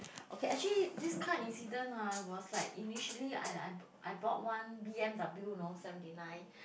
okay actually this car incident ah was like initially I I I I brought one B_M_W you know seventy nine